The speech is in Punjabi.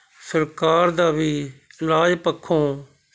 ਸਰਕਾਰ ਦਾ ਵੀ ਇਲਾਜ ਪੱਖੋਂ